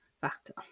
factor